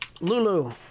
Lulu